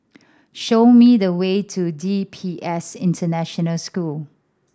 show me the way to D P S International School